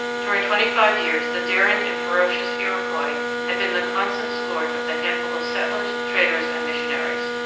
during twenty-five years the daring and ferocious iroquois had been the constant scourge of the handful of settlers, traders, and missionaries.